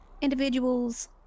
individuals